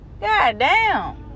Goddamn